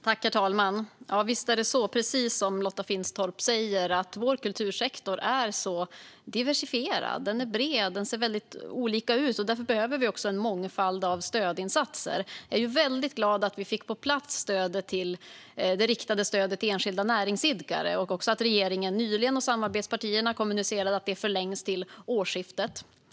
Herr talman! Ja, visst är det precis så, som Lotta Finstorp säger, att vår kultursektor är så diversifierad. Den är bred och ser väldigt olika ut. Därför behöver vi en mångfald av stödinsatser. Jag är väldigt glad att vi fick på plats det riktade stödet till enskilda näringsidkare och också att regeringen och samarbetspartierna nyligen kommunicerade att det förlängs till årsskiftet.